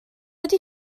ydy